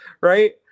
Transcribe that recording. Right